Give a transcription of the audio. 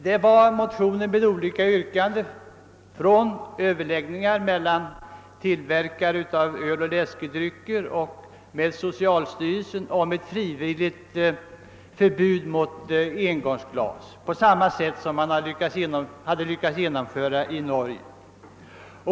Dessa motioner hade olika yrkanden från överläggningar mellan tillverkare av öl och läskedrycker med socialstyrelsen om ett frivilligt förbud mot engångsglas, på samma sätt som man lyckats genomföra ett förbud i Norge.